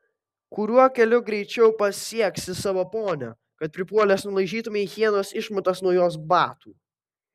kuriuo keliu greičiau pasieksi savo ponią kad pripuolęs nulaižytumei hienos išmatas nuo jos batų